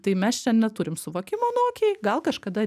tai mes čia neturim suvokimo nu okei gal kažkada